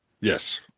Yes